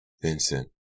Vincent